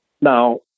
now